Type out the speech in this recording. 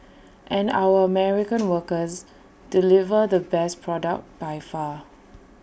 and our American workers deliver the best product by far